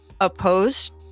opposed